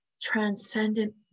transcendent